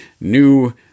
new